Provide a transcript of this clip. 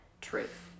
truth